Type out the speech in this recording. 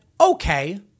okay